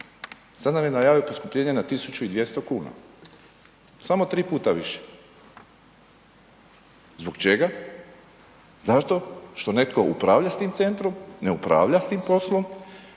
nam je najavio poskupljenje na 1200 kn, samo 3 puta više. Zbog čega? zato što netko upravlja sa tim centrom, ne upravlja s tim poslom